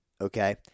okay